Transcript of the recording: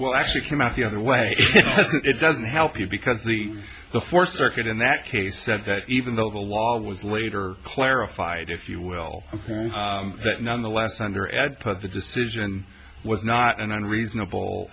well actually came out the other way it doesn't help you because the the fourth circuit in that case said that even though the law was later clarified if you will that nonetheless under ad put the decision was not an unreasonable